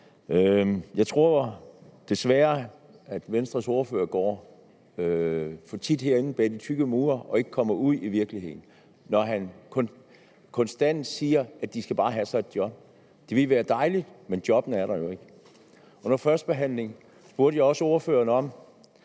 Jeg tror desværre, at Venstres ordfører går for meget herinde bag de tykke mure og ikke kommer ud i virkeligheden, når han konstant siger, at de bare skal have sig et job. Det ville være dejligt, men jobbene er der jo ikke. Under førstebehandlingen spurgte jeg også ordføreren om,